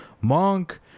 monk